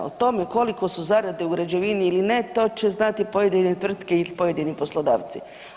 O tome koliko su zarade u građevini ili ne, to će znati pojedine tvrtke ili pojedini poslodavci.